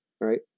Right